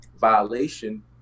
violation